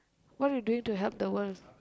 what you doing to help the world